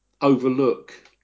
overlook